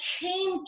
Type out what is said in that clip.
came